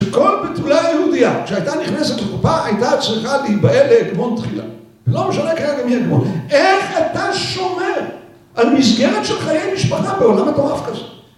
כל בתולה יהודייה, כשהייתה נכנסת לחופה, הייתה צריכה להיבעל להגמון תחילה. לא משנה כרגע מי הגמון. איך אתה שומר על מסגרת של חיי משפחה בעולם מטורף כזה?